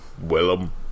Willem